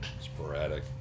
sporadic